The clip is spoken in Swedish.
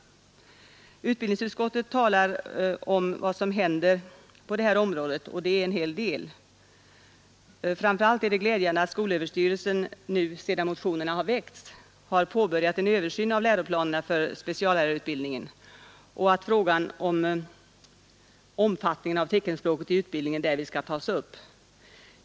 Utbildningsutskottet talar om vad som händer på det här området, och det är en hel del. Framför allt är det glädjande att skolöverstyrelsen nu, sedan motionerna har väckts, har påbörjat en översyn av läroplanerna för speciallärarutbildningen och att frågan om omfattningen av teckenspråket i undervisningen därvid skall tas upp.